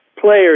players